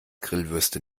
grillwürste